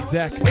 deck